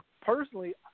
personally